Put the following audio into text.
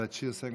הסיעה שלך